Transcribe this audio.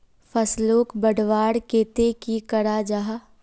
फसलोक बढ़वार केते की करा जाहा?